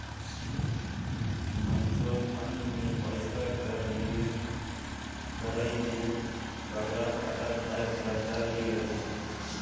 mutual fund में पइसा कर निवेस करई में बगरा घाटा खाए कर डर नी रहें